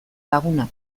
lagunak